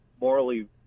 morally